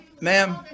Ma'am